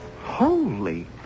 Holy